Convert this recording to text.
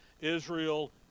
Israel